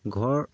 ঘৰ